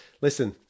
listen